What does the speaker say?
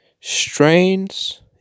Strains